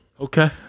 Okay